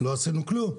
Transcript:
לא עשינו כלום.